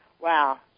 wow